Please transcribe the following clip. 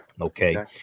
Okay